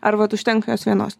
ar vat užtenka jos vienos